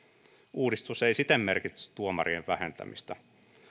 uudistus ei siten merkitse tuomarien vähentämistä